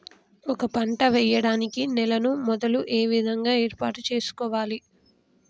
ఒక పంట వెయ్యడానికి నేలను మొదలు ఏ విధంగా ఏర్పాటు చేసుకోవాలి?